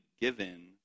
given